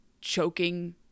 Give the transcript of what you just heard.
choking